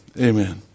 amen